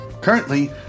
Currently